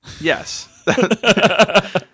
Yes